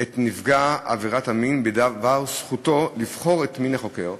את נפגע עבירת המין בדבר זכותו לבחור את מין החוקר,